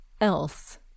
else